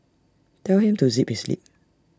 tell him to zip his lip